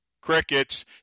crickets